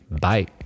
Bye